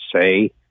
say